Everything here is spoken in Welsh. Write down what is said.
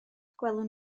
gwelwn